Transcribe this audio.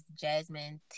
jasmine